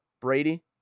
Brady